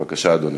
בבקשה, אדוני,